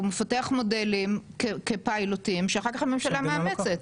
מפתח מודלים כמו פיילוטים שאחר כך הממשלה מאמצת.